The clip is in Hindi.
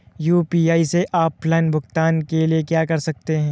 यू.पी.आई से ऑफलाइन भुगतान के लिए क्या कर सकते हैं?